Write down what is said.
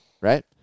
Right